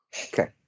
Okay